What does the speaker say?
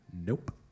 nope